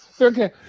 okay